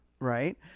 right